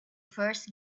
first